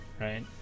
right